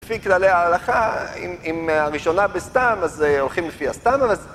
לפי כללי ההלכה, אם הראשונה בסתם, אז הולכים לפי הסתם